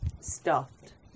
stuffed